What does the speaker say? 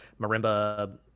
marimba